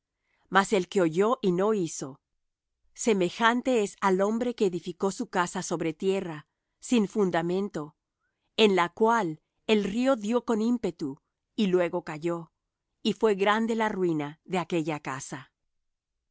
mas el que oyó y no hizo semejante es al hombre que edificó su casa sobre tierra sin fundamento en la cual el río dió con ímpetu y luego cayó y fué grande la ruina de aquella casa